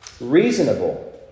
reasonable